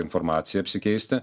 informacija apsikeisti